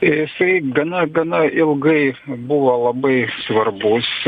jisai gana gana ilgai buvo labai svarbus